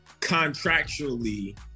contractually